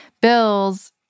bills